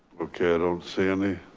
okay. i don't see any,